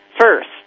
first